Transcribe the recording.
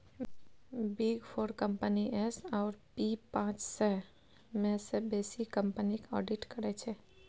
big four company S आओर P पाँच सय मे सँ बेसी कंपनीक आडिट करै छै